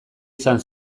izan